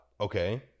Okay